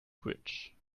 bridge